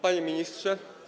Panie Ministrze!